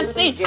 see